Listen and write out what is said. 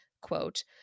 quote